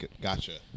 Gotcha